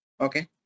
okay